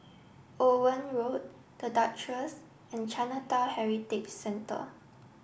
Owen Road The Duchess and Chinatown Heritage Centre